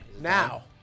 Now